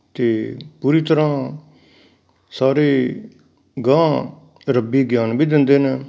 ਅਤੇ ਪੂਰੀ ਤਰ੍ਹਾਂ ਸਾਰੇ ਅਗਾਂਹ ਰੱਬੀ ਗਿਆਨ ਵੀ ਦਿੰਦੇ ਨੇ